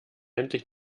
endlich